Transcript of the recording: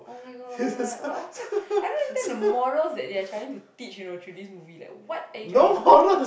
[oh]-my-god what what kind of I don't understand the morals that they are trying to teach you know through these movie like what are you trying to teach